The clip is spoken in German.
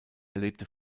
erlebte